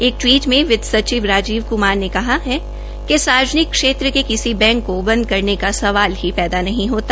एक टवीट में वित सचिव राजीव कुमार ने कहा है कि सार्वजनिक क्षेत्र के किसी बैंक को बंद करने का सवाल रही पैदा नहीं होता